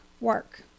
work